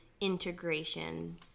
integration